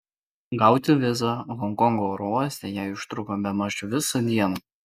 gauti vizą honkongo oro uoste jai užtruko bemaž visą dieną